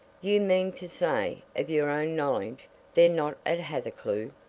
you mean to say of your own knowledge they're not at hathercleugh?